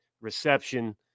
reception